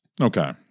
Okay